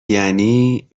یعنی